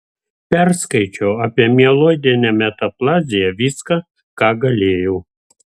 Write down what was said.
perskaičiau apie mieloidinę metaplaziją viską ką galėjau